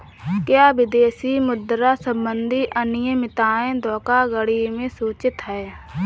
क्या विदेशी मुद्रा संबंधी अनियमितताएं धोखाधड़ी में सूचित हैं?